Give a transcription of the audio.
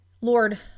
Lord